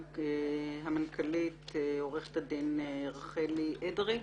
המנכ"לית עורכת הדין רחלי אדרי.